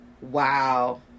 wow